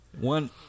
One